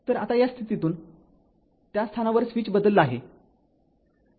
तरआता या स्थितीतून त्या स्थानावर स्विच बदलला आहे